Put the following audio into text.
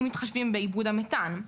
אם מתחשבים באיבוד המתאן.